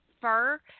fur